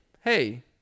hey